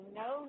no